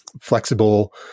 flexible